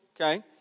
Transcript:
okay